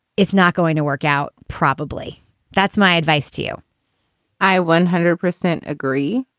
it's not going to work out. probably that's my advice to you i one hundred percent agree.